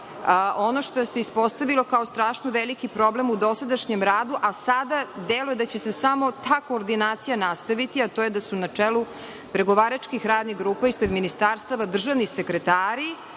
ono što se ispostavilo kao strašno veliki problem u dosadašnjem radu, a sada deluje da će se samo ta koordinacija nastaviti, a to je da su na čelu pregovaračkih radnih grupa ispred ministarstava državni sekretari,